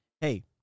hey